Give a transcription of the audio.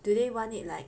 do they want it like